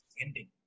ending